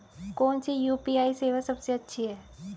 कौन सी यू.पी.आई सेवा सबसे अच्छी है?